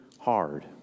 hard